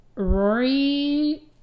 Rory